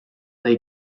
they